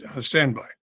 standby